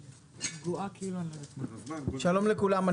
שלום לכולם.